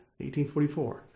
1844